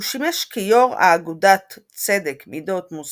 הוא שימש כיו"ר האגודת צדק-מדות-מוסר